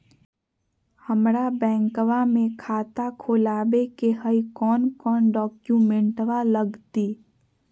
हमरा बैंकवा मे खाता खोलाबे के हई कौन कौन डॉक्यूमेंटवा लगती?